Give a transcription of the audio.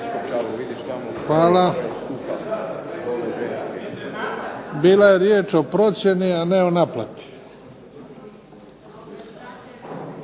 Hvala. Bila je riječ o procjeni, a ne o naplati.